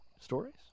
stories